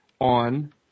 on